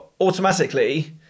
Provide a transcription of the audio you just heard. automatically